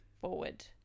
forward